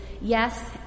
yes